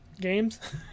games